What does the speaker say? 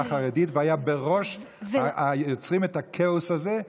החרדית והיה בראש היוצרים את הכאוס הזה,